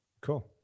Cool